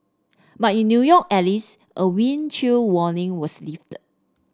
but in New York at least a wind chill warning was lifted